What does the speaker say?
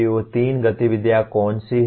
PO3 गतिविधियाँ कौन सी हैं